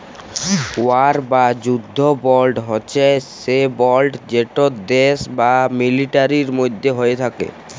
war বা যুদ্ধ বল্ড হছে সে বল্ড যেট দ্যাশ আর মিলিটারির মধ্যে হ্যয়ে থ্যাকে